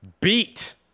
Beat